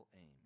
aim